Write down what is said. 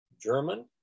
German